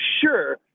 sure